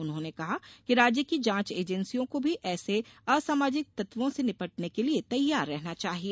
उन्होंने कहा कि राज्य की जांच एजेंसियों को भी ऐसे असामाजिक तत्वों से निपटने के लिए तैयार रहना चाहिए